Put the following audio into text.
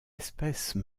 espèce